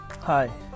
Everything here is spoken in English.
Hi